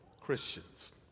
Christians